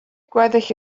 gweddill